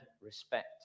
respect